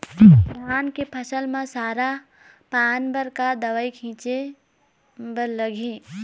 धान के फसल म सरा पान बर का दवई छीचे बर लागिही?